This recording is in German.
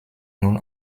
null